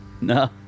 No